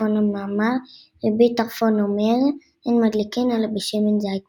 טרפון המאמר; רבי טרפון אומר אין מדליקין אלא בשמן זית בלבד.